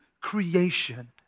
creation